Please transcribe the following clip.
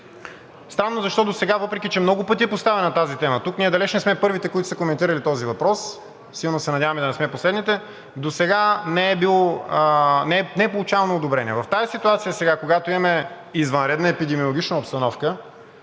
Странно, защото въпреки че много пъти е поставяна тази тема тук, ние далеч не сме първите, които са коментирали този въпрос, силно се надявам и да не сме последните, досега не е получавано одобрение. В тази ситуация сега, когато имаме извънредна епидемиологична обстановка